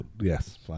Yes